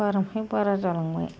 बारानिफ्राय बारा जालांबाय